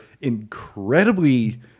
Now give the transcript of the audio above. incredibly